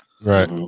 Right